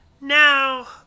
Now